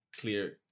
clear